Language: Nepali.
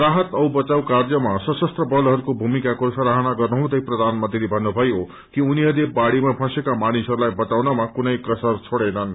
राहत औ वचाव कार्यमा सशस्त्र बलहरूको भूमिकाको सराहना गर्नुहँदै प्रधानमंत्रीले भन्नुभयो कि उनीहरूले बाढ़ीामा फँसेका मानिसहरूलाई बचाउनमा कुनै कसर छोड़ेनन्